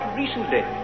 recently